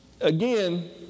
again